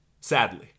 Sadly